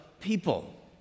people